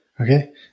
Okay